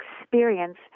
experience